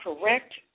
correct